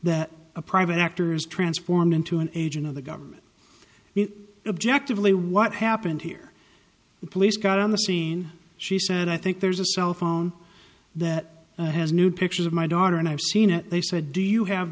that a private actors transformed into an agent of the government be objectively what happened here the police got on the scene she said i think there's a cell phone that has new pictures of my daughter and i've seen it they said do you have